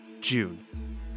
June